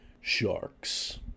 sharks